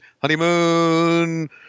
honeymoon